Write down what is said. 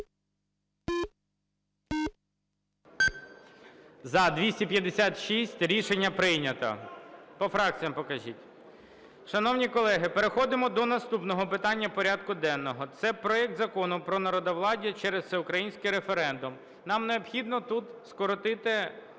За-256 Рішення прийнято. По фракціям покажіть. Шановні колеги, переходимо до наступного питання порядку денного. Це проект Закону про народовладдя через всеукраїнський референдум. Нам необхідно тут скоротити